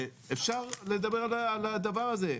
אפשר לדבר על הדבר הזה,